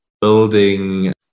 building